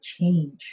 change